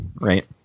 Right